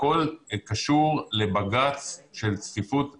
הכול קשור לבג"ץ צפיפות האסירים.